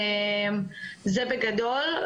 זה בגדול.